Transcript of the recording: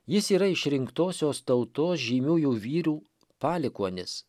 jis yra išrinktosios tautos žymiųjų vyrų palikuonis